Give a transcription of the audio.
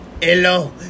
Hello